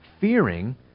fearing